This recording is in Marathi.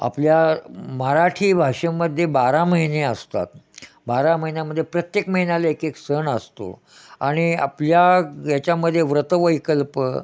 आपल्या मराठी भाषेमध्ये बारा महिने असतात बारा महिन्यामध्ये प्रत्येक महिन्याला एक एक सण असतो आणि आपल्या याच्यामध्ये व्रतवैकल्प